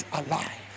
alive